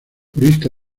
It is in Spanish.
jurista